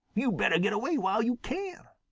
yo' better get away while yo' can!